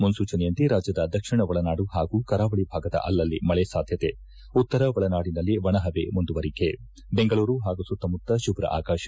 ಮುನ್ನೂಚನೆಯಂತೆ ರಾಜ್ಯದ ದಕ್ಷಿಣ ಒಳನಾಡು ಹಾಗೂ ಕರಾವಳಿ ಭಾಗದ ಅಲಲ್ಲಿ ಮಳೆ ಸಾದ್ಯತೆ ಉತ್ತರ ಒಳನಾಡಿನಲ್ಲಿ ಒಣ ಹವೆ ಮುಂದುವರಿಕೆ ಬೆಂಗಳೂರು ಪಾಗೂ ಸುತ್ತಮುತ್ತ ಶುಭ್ಧ ಆಕಾಶ